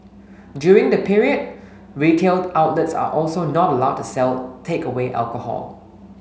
during the period retail outlets are also not allowed to sell takeaway alcohol